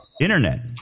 Internet